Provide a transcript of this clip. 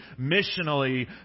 missionally